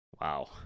Wow